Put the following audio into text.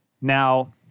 Now